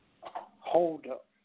holdup